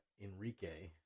Enrique